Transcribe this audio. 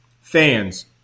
Fans